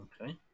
okay